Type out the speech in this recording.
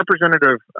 representative